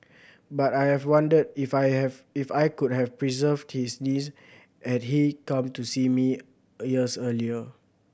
but I have wondered if I have if I could have preserved his knees had he come to see me a years earlier